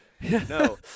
No